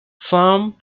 farm